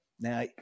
Now